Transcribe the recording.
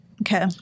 Okay